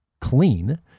clean